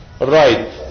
Right